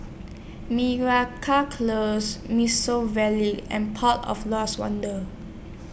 Close Miso Vale and Port of Lost Wonder